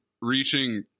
reaching